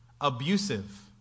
Abusive